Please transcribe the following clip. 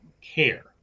care